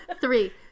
three